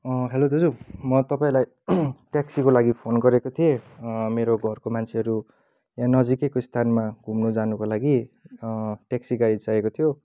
hello दाजु म तपाईँलाई ट्याक्सीको लागि फोन गरेको थिएँ मेरो घरको मान्छेहरू यहाँ नजिकैको स्थानमा घुम्नु जानुको लागि ट्याक्सी गाडी चाहेको थियो